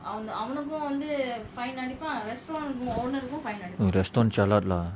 oh restaurant jialat lah